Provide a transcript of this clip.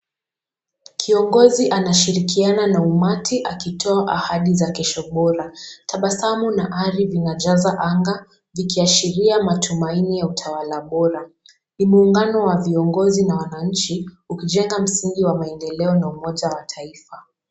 Kiongozi anashirikiana na umati akitoa ahadi za kesho bora. Tabasamu na ari vinajaza anga, vikiashiria matumaini ya utawala bora. Ni muungano wa viongozi na wananchi, ukijenga msingi wa maendeleo na umoja wa taifa.